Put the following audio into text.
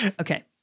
Okay